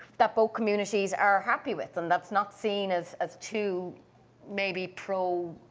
that both communities are happy with, and that's not seen as as too maybe pro-nationalist.